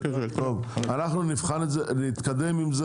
אנחנו נתקדם עם זה.